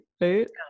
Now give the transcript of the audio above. right